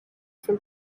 from